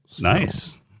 Nice